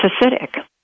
acidic